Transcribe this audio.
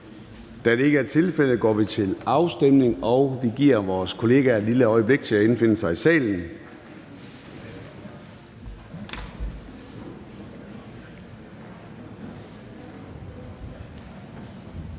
Da det ikke er tilfældet, går vi til afstemning. Vi giver vores kollegaer et lille øjeblik til at indfinde sig i salen.